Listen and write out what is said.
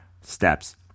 steps